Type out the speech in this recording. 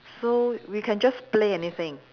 so we can just play anything